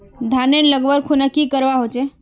धानेर लगवार खुना की करवा होचे?